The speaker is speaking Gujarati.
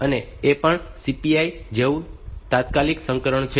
અને એ પણ CPI જેવું તાત્કાલિક સંસ્કરણ છે